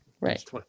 Right